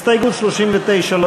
הסתייגות 39 לא